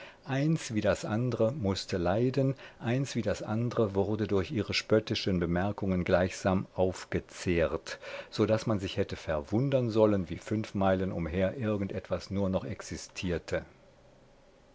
eins wie das andre mußte leiden eins wie das andre wurde durch ihre spöttischen bemerkungen gleichsam aufgezehrt so daß man sich hätte verwundern sollen wie fünf meilen umher irgend etwas nur noch existierte